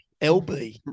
LB